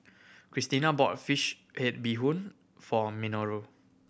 Christena bought fish head bee hoon for Minoru